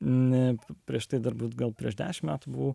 ne prieš tai turbūt gal prieš dešimt metų buvau